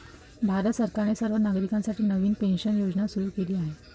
भारत सरकारने सर्व नागरिकांसाठी नवीन पेन्शन योजना सुरू केली आहे